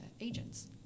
agents